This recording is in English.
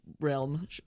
realm